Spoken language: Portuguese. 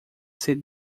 ser